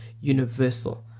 universal